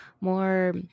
more